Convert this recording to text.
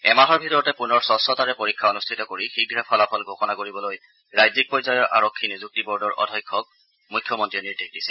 এমাহৰ ভিতৰতে পুনৰ স্বচ্ছতাৰে পৰীক্ষা অনুষ্ঠিত কৰি শীঘে ফালফল ঘোষণা কৰিবলৈ ৰাজ্যিক পৰ্যায়ৰ আৰক্ষী নিযুক্তি বৰ্ডৰ অধ্যক্ষক মুখ্যমন্ত্ৰীয়ে নিৰ্দেশ দিছে